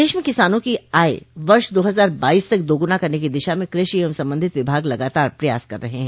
प्रदेश में किसानों की आय वर्ष दो हजार बाइस तक दोगुना करने की दिशा में कृषि एवं संबंधित विभाग लगातार प्रयास कर रहे हैं